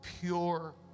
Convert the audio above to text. Pure